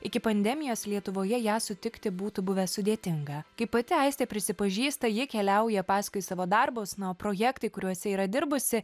iki pandemijos lietuvoje ją sutikti būtų buvę sudėtinga kaip pati aistė prisipažįsta ji keliauja paskui savo darbus na o projektai kuriuose yra dirbusi